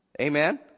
amen